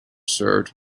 served